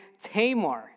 Tamar